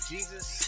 Jesus